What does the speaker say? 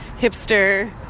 hipster